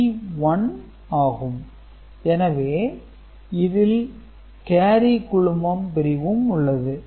G0Cn G0G0CnG0P0P0Cn G01CnP0P0Cn G0P0Cn எனவே இதில் carry குழுமம் பிரிவும் உள்ளது